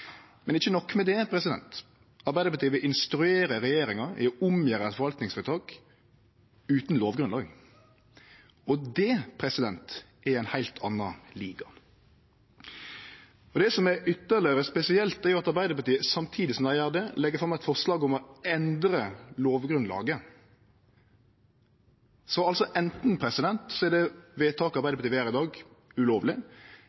Men ikkje nok med det: Arbeidarpartiet vil instruere regjeringa til å gjere om på eit forvaltningsvedtak utan lovgrunnlag – og det er i ein heilt annan liga. Det som er ytterlegare spesielt, er at Arbeiderpartiet, samtidig som dei gjer det, legg fram eit forslag om å endre lovgrunnlaget. Altså: Anten er det vedtaket